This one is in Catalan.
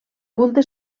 culte